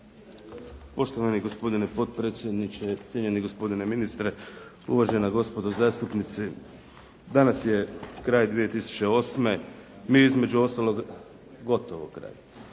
Poštovani gospodine potpredsjedniče, cijenjeni gospodine ministre, uvažena gospodo zastupnici. Danas je kraj 2008., gotovo kraj.